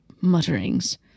mutterings